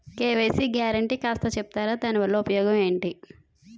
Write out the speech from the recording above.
KYC guarantee కాస్త చెప్తారాదాని వల్ల ఉపయోగం ఎంటి?